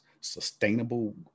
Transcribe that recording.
sustainable